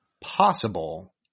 possible